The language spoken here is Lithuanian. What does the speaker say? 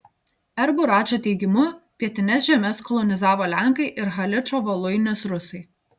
r buračo teigimu pietines žemes kolonizavo lenkai ir haličo voluinės rusai